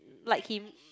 like him